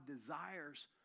desires